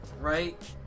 right